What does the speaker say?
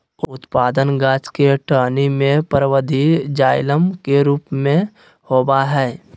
उत्पादन गाछ के टहनी में परवर्धी जाइलम के रूप में होबय हइ